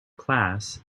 class